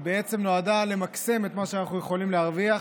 בעצם נועדה למקסם את מה שאנחנו יכולים להרוויח,